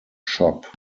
shop